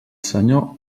senyor